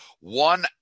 One